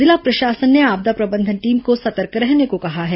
जिला प्रशासन ने आपदा प्रबंधन टीम को सतर्क रहने को कहा है